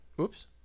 Oops